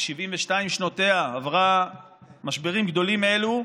ב-72 שנותיה עברה משברים גדולים מאלה,